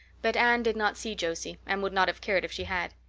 but anne did not see josie, and would not have cared if she had.